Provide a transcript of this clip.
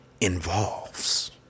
involves